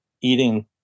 eating